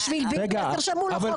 רגע אופיר,